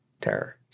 terror